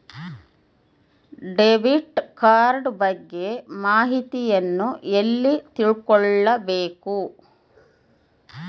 Debit card ಬಗ್ಗೆ ಮಾಹಿತಿಯನ್ನ ಎಲ್ಲಿ ತಿಳ್ಕೊಬೇಕು?